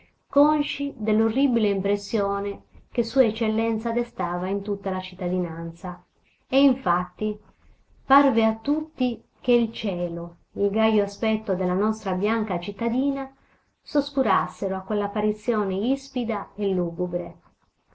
sospesi consci dell'orribile impressione che sua eccellenza destava in tutta la cittadinanza e infatti parve a tutti che il cielo il gajo aspetto della nostra bianca cittadina s'oscurassero a quell'apparizione ispida